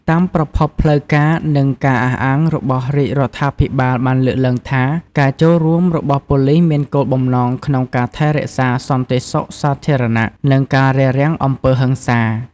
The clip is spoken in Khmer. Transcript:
តាមប្រភពផ្លូវការ និងការអះអាងរបស់រាជរដ្ឋាភិបាលបានលើកឡើងថា ការចូលរួមរបស់ប៉ូលីសមានគោលបំណងក្នុងការថែរក្សាសន្តិសុខសាធារណៈ និងការរារាំងអំពើហិង្សា។